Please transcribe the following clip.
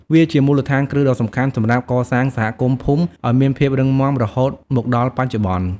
វាជាមូលដ្ឋានគ្រឹះដ៏សំខាន់សម្រាប់កសាងសហគមន៍ភូមិឱ្យមានភាពរឹងមាំរហូតមកដល់បច្ចុប្បន្ន។